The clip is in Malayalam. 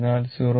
അതിനാൽ 0